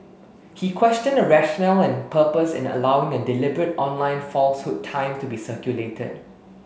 he questioned the rationale and purpose in allowing a deliberate online falsehood time to be circulated